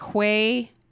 Quay